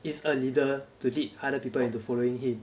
is a leader to lead other people into following him